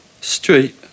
Street